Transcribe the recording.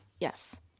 Yes